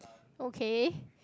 okay